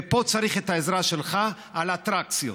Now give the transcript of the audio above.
ופה צריך את העזרה שלך: על האטרקציות.